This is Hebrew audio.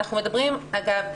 אגב,